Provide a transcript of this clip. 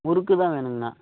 முறுக்கு தான் வேணுங்கண்ணா